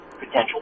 potential